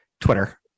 Twitter